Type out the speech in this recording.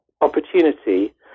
opportunity